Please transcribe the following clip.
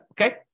Okay